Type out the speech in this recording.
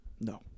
No